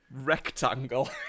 rectangle